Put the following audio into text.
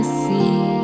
see